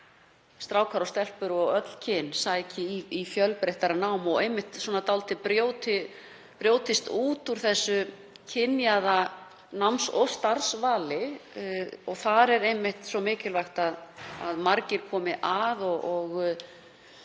strákar og stelpur og öll kyn, sæki meira í fjölbreyttara nám og brjótist út úr þessu kynjaða náms- og starfsvali. Þar er svo mikilvægt að margir komi að og